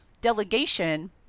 delegation